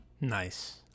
nice